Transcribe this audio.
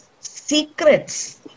secrets